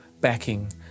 backing